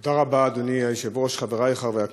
תודה רבה, אדוני היושב-ראש, חברי חברי הכנסת,